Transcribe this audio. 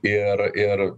ir ir